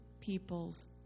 people's